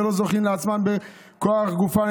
ולא זוכין לעצמן בכוח גופן,